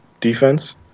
defense